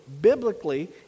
biblically